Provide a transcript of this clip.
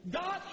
God